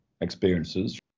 experiences